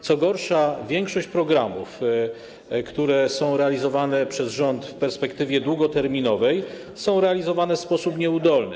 Co gorsza, większość programów, które są realizowane przez rząd w perspektywie długoterminowej, jest realizowana w sposób nieudolny.